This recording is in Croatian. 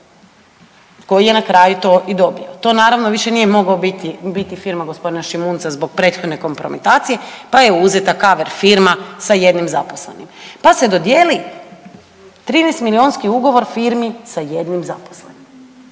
koji je na kraju to i dobio. To naravno više nije mogla biti firma gospodina Šimunca zbog prethodne kompromitacije pa je uzeta cover firma sa jednim zaposlenim, pa se dodijeli 13 milijunski ugovor firmi sa jednim zaposlenim.